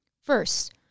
First